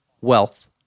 wealth